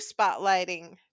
spotlighting